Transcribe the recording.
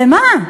למה?